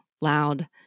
loud